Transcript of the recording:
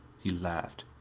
he laughed.